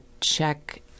check